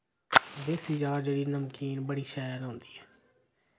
देसी चाह् जेह्ड़ी नमकीन बड़ी शैल होंदी ऐ